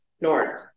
north